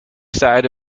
side